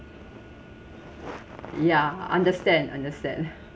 ya understand understand